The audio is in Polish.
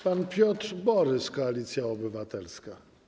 Pan poseł Piotr Borys, Koalicja Obywatelska.